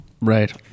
Right